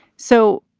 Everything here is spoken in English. so